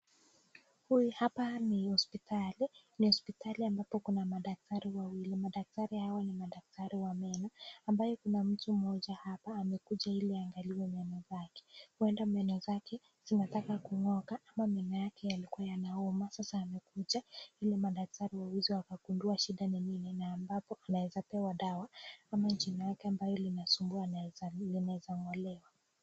Hapa ni hospitali. Ni hospitali ambapo kuna madaktari wawili. Madaktari hawa ni madaktari wa meno ambayo kuna mtu mmoja hapa amekuja ili angaliwe meno zake. Huenda meno zake zinataka kungooka ama meno yake yalikuwa yanauma sasa amekuja ili madaktari waweze kukundua shida ni nini na amapo anaweza pewa dawa ama jino yake ambayo inamsumbua linaweza ngolewa.